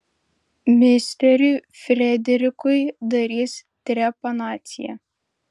misteriui frederikui darys trepanaciją